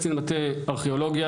קצין מטה ארכיאולוגיה,